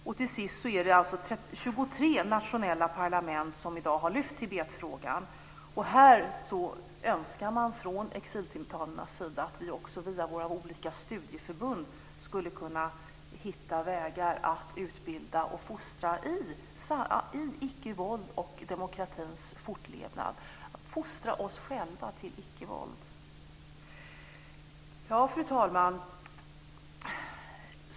Det finns i dag 23 nationella parlament som i dag har lyft fram Tibetfrågan. Exiltibetanerna önskar att vi via våra olika studieförbund ska hitta vägar att utbilda och fostra i icke-våld och demokratins fortlevnad - fostra oss själva till icke-våld. Fru talman!